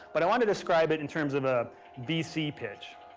but i wanted to describe it in terms of ah vc pitch.